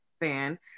fan